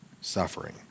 suffering